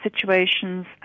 situations